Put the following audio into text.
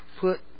put